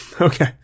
okay